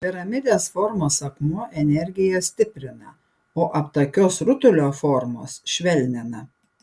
piramidės formos akmuo energiją stiprina o aptakios rutulio formos švelnina